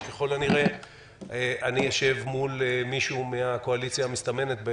שככל הנראה אני אשב מול מישהו מהקואליציה המסתמנת,